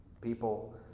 people